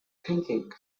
thinking